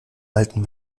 alten